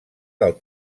del